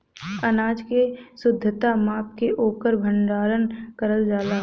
अनाज के शुद्धता माप के ओकर भण्डारन करल जाला